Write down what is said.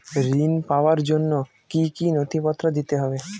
ঋণ পাবার জন্য কি কী নথিপত্র দিতে হবে?